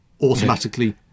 automatically